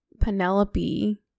Penelope